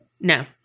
No